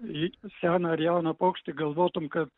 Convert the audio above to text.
jį seną ar jauną paukštį galvotum kad